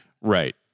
Right